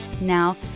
Now